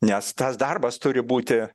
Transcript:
nes tas darbas turi būti